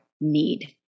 need